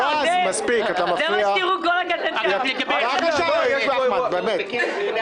(אחרי כן אש)